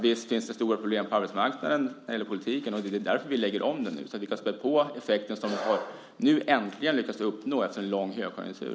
Visst finns det stora problem när det gäller arbetsmarknadspolitiken, och det är därför som vi nu lägger om den, så att vi kan spä på den effekt som vi nu äntligen har lyckats uppnå efter en lång högkonjunktur.